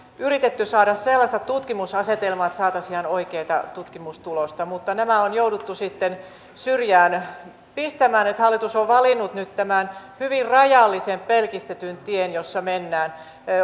yritetty saada sellaista tutkimusasetelmaa että saataisiin ihan oikeata tutkimustulosta mutta nämä on jouduttu sitten pistämään syrjään niin että hallitus on valinnut nyt tämän hyvin rajallisen pelkistetyn tien jossa mennään